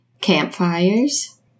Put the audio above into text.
campfires